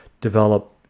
develop